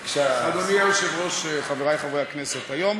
בבקשה, אדוני היושב-ראש, חברי חברי הכנסת, היום